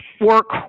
work